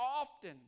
often